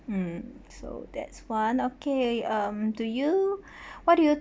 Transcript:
mm so that's one okay um do you what do you